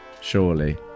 surely